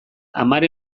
hamar